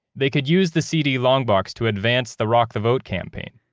they could use the cd long box to advance the rock the vote campaign.